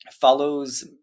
follows